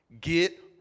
get